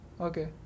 Okay